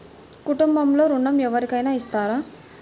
కుటుంబంలో ఋణం ఎవరికైనా ఇస్తారా?